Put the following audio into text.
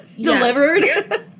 delivered